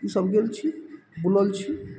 ई सब गेल छी बुलल छी